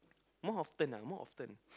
more often ah more often